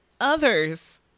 others